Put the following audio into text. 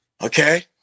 Okay